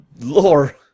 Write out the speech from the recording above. Lore